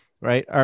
Right